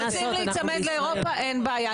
רוצים להיצמד לאירופה אין בעיה,